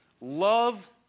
Love